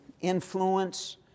influence